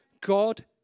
God